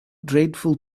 dreadful